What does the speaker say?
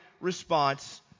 response